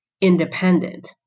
independent